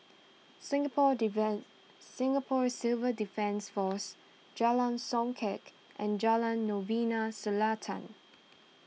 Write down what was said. Singapore Singapore Civil Defence force Jalan Songket and Jalan Novena Selatan